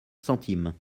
centimes